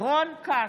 רון כץ,